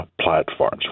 platforms